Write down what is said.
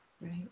right